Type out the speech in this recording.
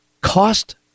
cost